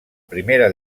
primera